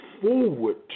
forward